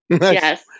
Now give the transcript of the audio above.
Yes